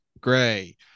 gray